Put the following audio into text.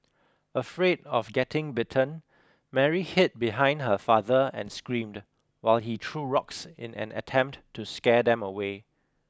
afraid of getting bitten Mary hid behind her father and screamed while he threw rocks in an attempt to scare them away